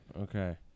Okay